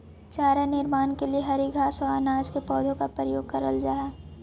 चारा निर्माण के लिए हरी घास और अनाज के पौधों का प्रयोग करल जा हई